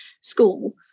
school